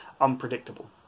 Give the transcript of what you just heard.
unpredictable